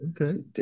okay